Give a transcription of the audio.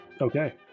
Okay